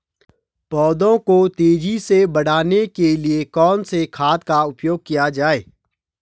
पौधों को तेजी से बढ़ाने के लिए कौन से खाद का उपयोग किया जाए?